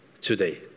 today